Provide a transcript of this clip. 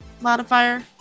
modifier